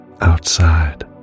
Outside